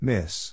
Miss